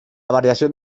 variación